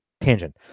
tangent